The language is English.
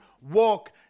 walk